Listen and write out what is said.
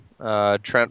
Trent